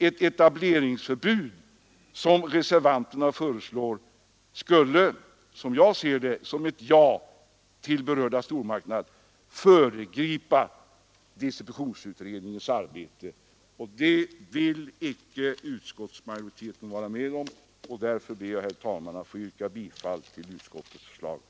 Ett sådant etableringsförbud som reservanterna föreslår, och ett ja till berörda stormarknad, skulle som jag ser det, föregripa distributionsutredningens arbete. Det vill utskottsmajoriteten inte vara med om, och därför herr talman, yrkar jag bifall till utskottets hemställan.